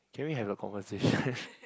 can we have a conversation